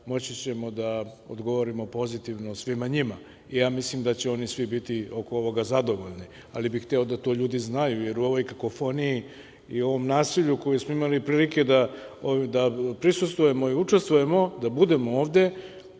moći ćemo da odgovorimo pozitivno svima njima. Mislim da će oni svi biti oko ovoga zadovoljni. Ali bih hteo da to ljudi znaju, jer u ovoj kakofoniji i u ovom nasilju u kojem smo imali prilike da prisustvujemo i učestvujemo, da budemo ovde,